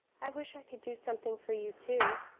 i wish i could do something for you too,